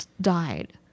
died